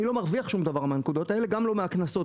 אני לא מרוויח דבר מהנקודות האלה וגם לא מהקנסות,